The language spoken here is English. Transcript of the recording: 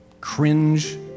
cringe